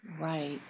Right